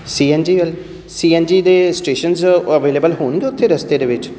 ਸੀ N G ਵਾਲੀ C N G ਦੇ stations available ਹੋਣਗੇ ਉੱਥੇ ਰਸਤੇ ਦੇ ਵਿੱਚ